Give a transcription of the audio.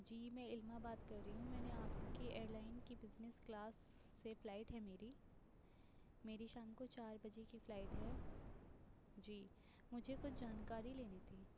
جی میں علمہ بات کر رہی ہوں میں نے آپ کی ایئر لائن کی بزنس کلاس سے فلائٹ ہے میری میری شام کو چار بجے کی فلائٹ ہے جی مجھے کچھ جانکاری لینی تھی